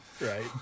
Right